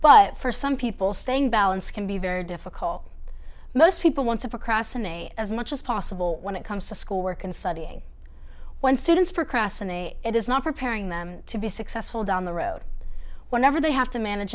but for some people staying balance can be very difficult most people want to procrastinate as much as possible when it comes to school work and study when students procrastinate it is not preparing them to be successful down the road whenever they have to manage